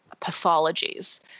pathologies